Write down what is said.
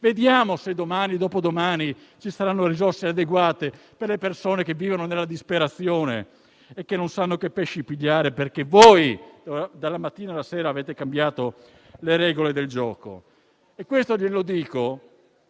Vediamo se domani o dopodomani ci saranno risorse adeguate per le persone che vivono nella disperazione e che non sanno che pesci prendere perché voi, dalla mattina alla sera, avete cambiato le regole del gioco. Questo glielo dico